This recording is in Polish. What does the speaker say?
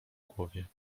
głowie